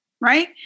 right